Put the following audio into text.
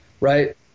right